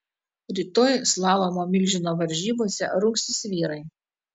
rytoj slalomo milžino varžybose rungsis vyrai